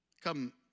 Come